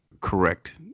correct